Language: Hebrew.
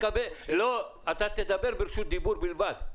אתה תדבר ברשות דיבור בלבד.